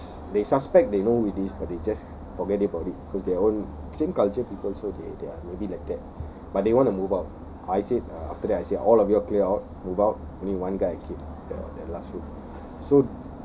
they just they suspect they know who it is but they just forget about it because they all same culture people so they they're maybe like that but they want to move out I said uh after that I said all of your clear out move out only one guy I keep that that last week